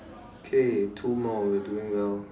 okay two more we're doing well